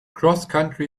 crosscountry